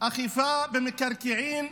אכיפה במקרקעין,